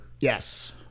Yes